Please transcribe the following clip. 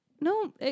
no